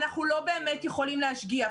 אנחנו לא באמת יכולים להשגיח.